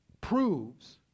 proves